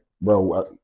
bro